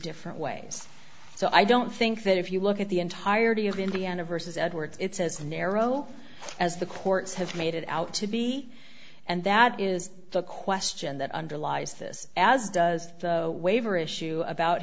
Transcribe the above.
different ways so i don't think that if you look at the entirety of indiana versus edwards it's as narrow as the courts have made it out to be and that is the question that underlies this as does the waiver issue about